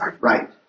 Right